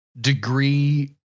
degree